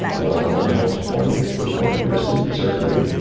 well, one hopes one gets to the point of wisdom, certainly,